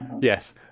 Yes